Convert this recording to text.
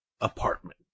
apartment